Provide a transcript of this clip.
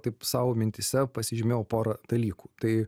taip sau mintyse pasižymėjau porą dalykų tai